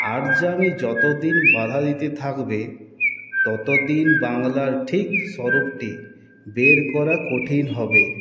আর্যামি যতদিন বাধা দিতে থাকবে ততদিন বাংলার ঠিক স্বরূপটি বের করা কঠিন হবে